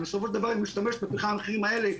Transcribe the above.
כי היא משתמשת בפחם במחירים האלה,